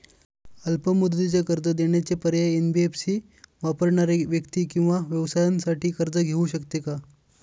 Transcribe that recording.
अल्प मुदतीचे कर्ज देण्याचे पर्याय, एन.बी.एफ.सी वापरणाऱ्या व्यक्ती किंवा व्यवसायांसाठी कर्ज घेऊ शकते का?